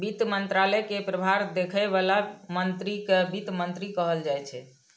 वित्त मंत्रालय के प्रभार देखै बला मंत्री कें वित्त मंत्री कहल जाइ छै